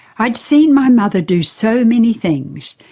i'd seen my mother do so many things,